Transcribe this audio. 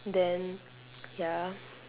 then ya